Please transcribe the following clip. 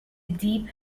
deep